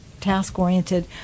task-oriented